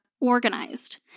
organized